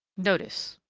notice